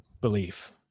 belief